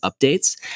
updates